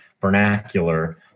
vernacular